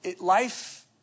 life